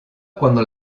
cuando